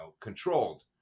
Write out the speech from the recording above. controlled